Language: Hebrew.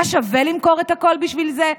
היה שווה למכור את הכול בשביל זה?